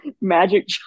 Magic